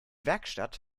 werkstatt